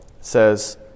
says